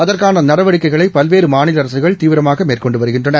அதற்கானநடவடிக்கைகளைபல்வேறமாநில அரசுகள் தீவிரமாகமேற்கொண்டுவருகின்றன